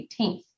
18th